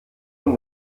und